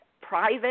private